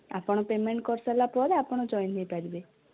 ଆପଣ ପେମେଣ୍ଟ କରି ସାରିଲା ପରେ ଆପଣ ଜଏନ୍ ହେଇପାରିବେ